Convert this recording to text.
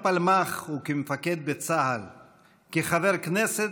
מינץ, השרים, חברי הכנסת,